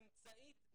ממצאית,